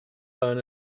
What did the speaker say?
earn